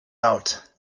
out